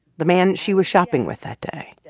the man she was shopping with that day.